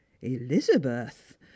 elizabeth